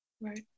Right